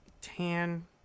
tan